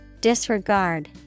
Disregard